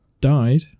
Died